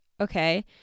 Okay